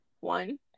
one